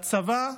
הצבא,